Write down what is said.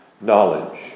knowledge